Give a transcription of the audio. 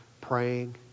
praying